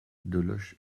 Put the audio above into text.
deloche